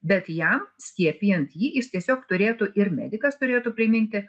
bet jam skiepijant jį jis tiesiog turėtų ir medikas turėtų priminti